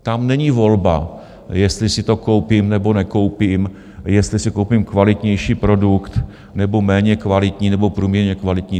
Tam není volba, jestli si to koupím, nebo nekoupím, jestli si koupím kvalitnější produkt, nebo méně kvalitní nebo průměrně kvalitní.